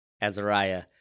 Azariah